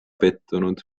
pettunud